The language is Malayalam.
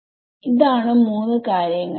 ആണ് 3 കാര്യങ്ങൾ